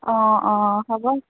অঁ অঁ হ'ব